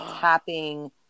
tapping